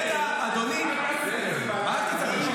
רגע, אדוני --- אל תתערב לי.